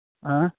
اۭں